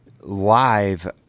live